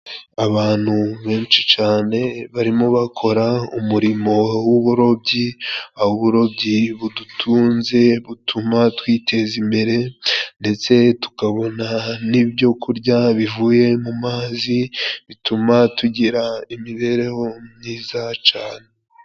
Abantu benshi cane， barimo bakora umurimo w'uburobyi，uburobyi budutunze butuma twiteza imbere， ndetse tukabona n'ibyo kurya bivuye mu mazi，bituma tugira imibereho myiza cane.